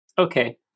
Okay